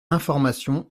information